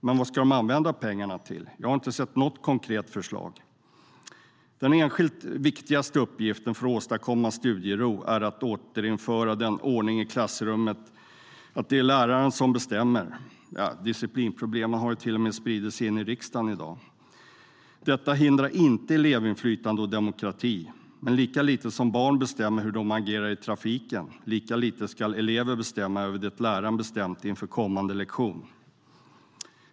Men vad ska de använda pengarna till? Jag har inte sett något konkret förslag. StudiestödDen enskilt viktigaste uppgiften för att åstadkomma studiero är att återinföra ordningen i klassrummet. Disciplinproblemen har nu till och med spridit sig in i riksdagen. Det ska vara läraren som bestämmer. Detta hindrar inte elevinflytande och demokrati. Men lika lite som barn bestämmer hur de ska agera i trafiken, lika lite ska elever bestämma över det läraren bestämt inför kommande lektion.